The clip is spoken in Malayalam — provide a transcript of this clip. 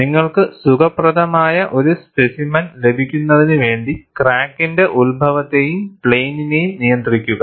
നിങ്ങൾക്ക് സുഖപ്രദമായ ഒരു സ്പെസിമെൻ ലഭിക്കുന്നതിന് വേണ്ടി ക്രാക്കിന്റെ ഉത്ഭവത്തെയും പ്ലെയിനിനെയും നിയന്ത്രിക്കുക